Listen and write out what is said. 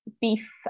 beef